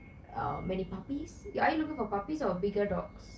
um many puppies are you looking for puppies or bigger dogs